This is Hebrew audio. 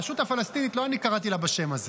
הרשות הפלסטינית, לא אני קראתי לה בשם הזה.